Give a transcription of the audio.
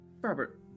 Robert